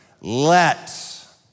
Let